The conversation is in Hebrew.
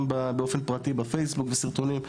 גם באופן פרטי בפייסבוק וגם בסרטונים.